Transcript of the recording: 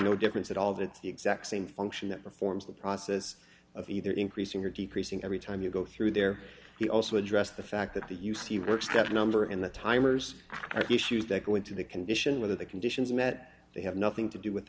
no difference at all that it's the exact same function that performs the process of either increasing or decreasing every time you go through there he also addressed the fact that the u c works that number and the timers are issues that go into the condition whether the conditions are met they have nothing to do with